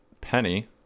Penny